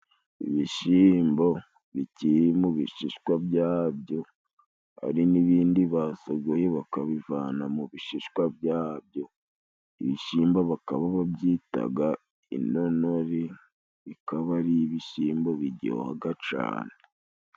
Ibishyimbo bikiri mu bishishwa byabyo hari n'ibindi basogoye, bakabivana mu bishishwa byabyo ibishyimbo bakaba babyitaga inonori, bikaba ari ibishyimbo biryohaga cane.